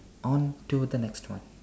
on to the next one